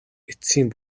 эцсийн